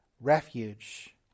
refuge